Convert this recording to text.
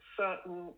certain